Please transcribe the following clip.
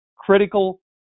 critical